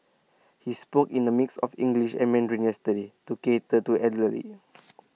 he spoke in A mix of English and Mandarin yesterday to cater to elderly